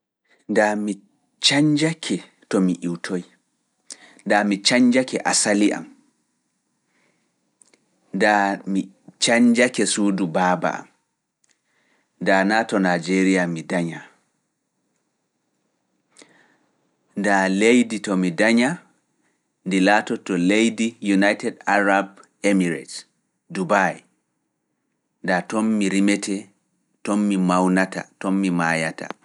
Ndaa mi cañnjake to mi iwtoyi, nda mi cañnjake asali am, nda mi cañnjake suudu baaba am, nda to Leddi Dubai mi danyaa.